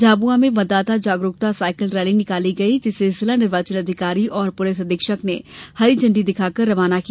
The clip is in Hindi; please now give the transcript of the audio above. झाबुआ में मतदाता जागरुकता साइकिल रैली निकाली गई जिसे जिला निर्वाचन अधिकारी और पुलिस अधीक्षक ने हरी झण्डी दिखाकर रवाना किया